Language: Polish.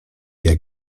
jak